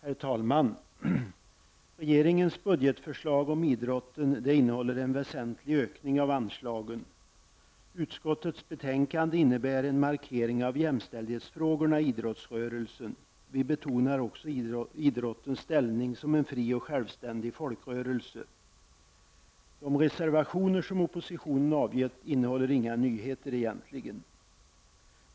Herr talman! Regeringens budgetförslag beträffande idrotten innebär en väsentlig ökning av anslagen. Utskottets betänkande innebär en markering av jämställdhetsfrågorna inom idrottsrörelsen. Vi betonar också idrottens ställning som en fri och självständig folkrörelse. Oppositionens reservationer innehåller egentligen inga nyheter.